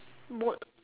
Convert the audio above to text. boat